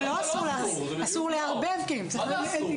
אבל לא אסור להכניס, אסור ל --- מה זה אסור?